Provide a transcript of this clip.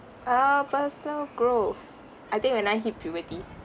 err personal growth I think when I hit puberty